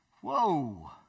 Whoa